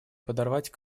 подорвать